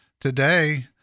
today